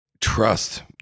Trust